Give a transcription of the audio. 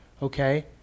Okay